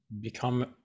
become